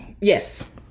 Yes